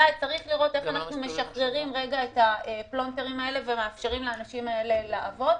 צריך לראות איך משחררים את הפלונטרים האלה ומאפשרים לאנשים לעבוד.